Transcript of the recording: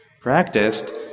practiced